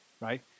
right